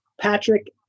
Patrick